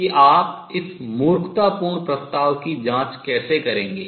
कि आप इस मूर्खतापूर्ण प्रस्ताव की जांच कैसे करेंगे